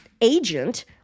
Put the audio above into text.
agent